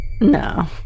No